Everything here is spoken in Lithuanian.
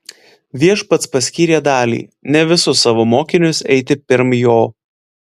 viešpats paskyrė dalį ne visus savo mokinius eiti pirm jo